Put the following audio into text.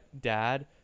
dad